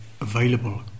available